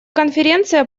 конференция